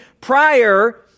prior